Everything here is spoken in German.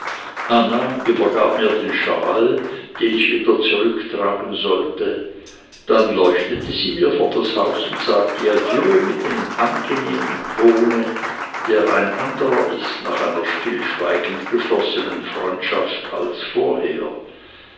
anna übergab mir den shawl den ich wieder zurücktragen sollte dann leuchtete sie mir vor das haus und sagte adieu mit jenem angenehmen tone der ein anderer ist nach einer stillschweigend geschlossenen freundschaft als vorher